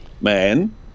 man